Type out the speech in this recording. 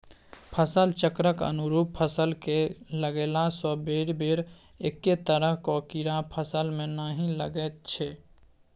फसल चक्रक अनुरूप फसल कए लगेलासँ बेरबेर एक्के तरहक कीड़ा फसलमे नहि लागैत छै